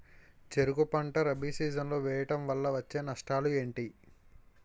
చెరుకు పంట రబీ సీజన్ లో వేయటం వల్ల వచ్చే నష్టాలు ఏంటి?